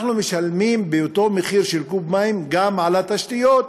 אנחנו משלמים באותו מחיר של קוב מים גם על התשתיות.